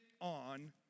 on